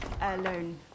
Alone